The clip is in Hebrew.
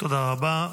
תודה רבה.